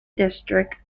district